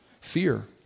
fear